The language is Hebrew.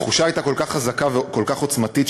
התחושה הייתה כל כך חזקה וכל כך עוצמתית,